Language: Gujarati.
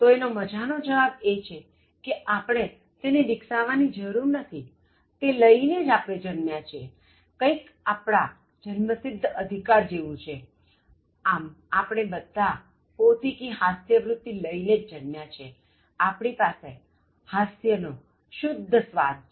તો એનો મજાનો જવાબ એ છે કે આપણે તેને વિકસાવવાની જરુર નથીતે લઈને જ આપણે જન્મ્યા છીએતે કઇંક આપણા જન્મસિધ્ધ અધિકાર જેવું છે આમ આપણે બધા પોતિકી હાસ્યવૃત્તિ લઈને જ જન્મ્યા છીએ આપણી પાસે હાસ્ય નો શુદ્ધ સ્વાદ છે